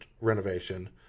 renovation